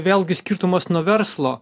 vėlgi skirtumas nuo verslo